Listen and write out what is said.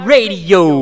Radio